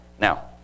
Now